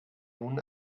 nun